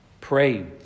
Pray